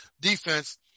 defense